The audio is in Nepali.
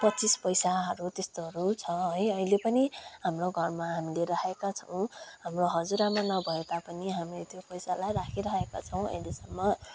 पच्चिस पैसाहरू त्यस्तोहरू छ है अहिले पनि हाम्रो घरमा हामीले राखेका छौँ अब हजुरआमा नभए तापनि हामीले त्यो पैसालाई राखिराखेका छौँ अहिलेसम्म